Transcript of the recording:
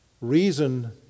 Reason